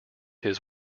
his